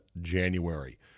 January